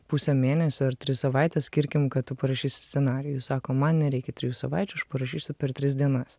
puse mėnesio ar tris savaites skirkim kad tu parašysi scenarijų sako man nereikia trijų savaičių aš parašysiu per tris dienas